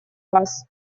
вас